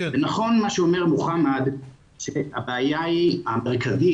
נכון מה שאומר מוחמד שהבעיה המרכזית